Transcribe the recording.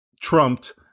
trumped